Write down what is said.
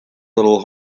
little